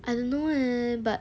I don't know leh but